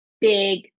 big